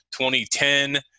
2010 –